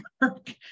work